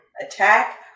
attack